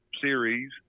Series